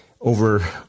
over